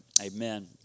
Amen